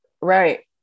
Right